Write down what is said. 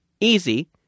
easy